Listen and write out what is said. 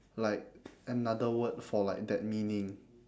like another word for like that meaning